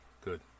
good